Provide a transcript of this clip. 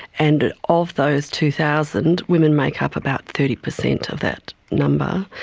and of those two thousand, women make up about thirty percent of that number.